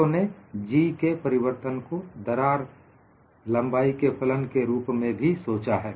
लोगों ने जी के परिवर्तन को दरार लंबाई के फलन के रूप में भी सोचा है